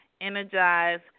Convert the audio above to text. energize